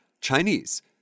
Chinese